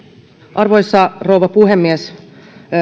arvoisa rouva puhemies